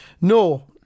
No